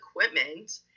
equipment